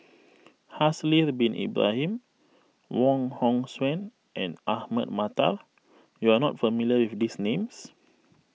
Haslir Bin Ibrahim Wong Hong Suen and Ahmad Mattar you are not familiar with these names